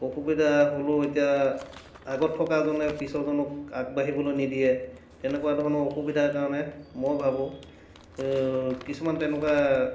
অসুবিধা হ'লেও এতিয়া আগত থকাজনে পিছৰজনক আগবাঢ়িবলৈ নিদিয়ে তেনেকুৱা ধৰণৰ অসুবিধাৰ কাৰণে মই ভাবোঁ কিছুমান তেনেকুৱা